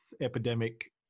Epidemic